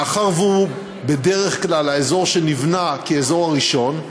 מאחר שהוא בדרך כלל האזור שנבנה כאזור הראשון,